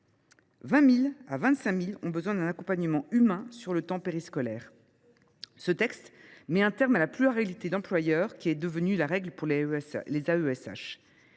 20 000 et 25 000 ont besoin d’un accompagnement humain durant le temps périscolaire. Ce texte met fin à la pluralité d’employeurs, qui est devenue la règle pour les AESH.